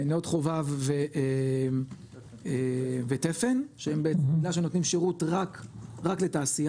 נאות חובב ותפן, שהם נותנים שירות רק לתעשייה,